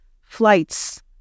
flights